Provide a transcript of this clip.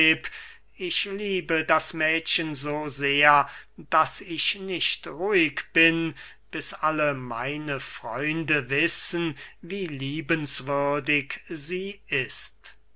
ich liebe das mädchen so sehr daß ich nicht ruhig bin bis alle meine freunde wissen wie liebenswürdig sie ist